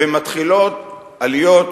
ומתחילים עליות,